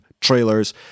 trailers